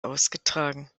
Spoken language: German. ausgetragen